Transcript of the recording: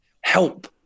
help